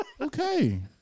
Okay